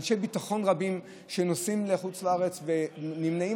אנשי ביטחון רבים שנוסעים לחוץ לארץ ונמנעים